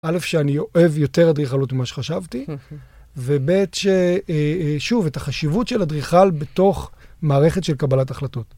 א', שאני אוהב יותר אדריכלות ממה שחשבתי, וב', שוב, את החשיבות של אדריכל בתוך מערכת של קבלת החלטות.